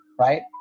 right